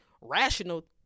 rational